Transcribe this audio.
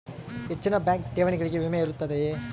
ಹೆಚ್ಚಿನ ಬ್ಯಾಂಕ್ ಠೇವಣಿಗಳಿಗೆ ವಿಮೆ ಇರುತ್ತದೆಯೆ?